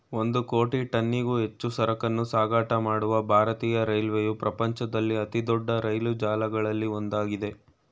ಒಂದು ಕೋಟಿ ಟನ್ನಿಗೂ ಹೆಚ್ಚು ಸರಕನ್ನೂ ಸಾಗಾಟ ಮಾಡುವ ಭಾರತೀಯ ರೈಲ್ವೆಯು ಪ್ರಪಂಚದಲ್ಲಿ ಅತಿದೊಡ್ಡ ರೈಲು ಜಾಲಗಳಲ್ಲಿ ಒಂದಾಗಿದೆ